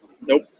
Nope